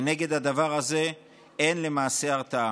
למעשה, כנגד הדבר הזה אין הרתעה.